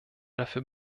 dafür